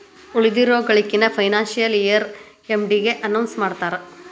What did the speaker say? ಉಳಿದಿರೋ ಗಳಿಕೆನ financial year ಎಂಡಿಗೆ ಅನೌನ್ಸ್ ಮಾಡ್ತಾರಾ